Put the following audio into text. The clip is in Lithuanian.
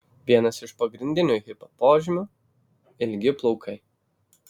vienas iš pagrindinių hipio požymių ilgi plaukai